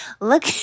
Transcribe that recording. look